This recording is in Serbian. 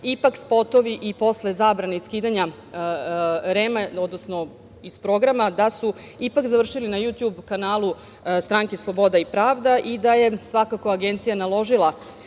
ipak spotovi i posle zabrane i skidanja iz programa, da su ipak završili na „jutjub kanalu“ Stranke sloboda i pravda i da je svakako Agencija naložila